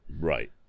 Right